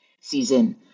season